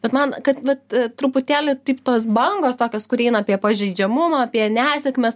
bet man kad vat truputėlį taip tos bangos tokios kur eina apie pažeidžiamumą apie nesėkmes